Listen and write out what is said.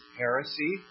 heresy